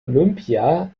olympia